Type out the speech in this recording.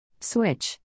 Switch